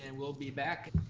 and we'll be back.